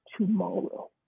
tomorrow